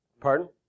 Pardon